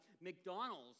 McDonald's